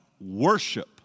worship